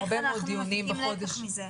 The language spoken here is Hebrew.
איך אנחנו מפיקים לקח מזה?